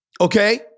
Okay